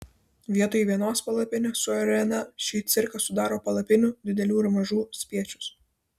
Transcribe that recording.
vietoj vienos palapinės su arena šį cirką sudaro palapinių didelių ir mažų spiečius